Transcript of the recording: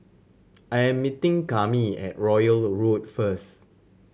I am meeting Kami at Royal Road first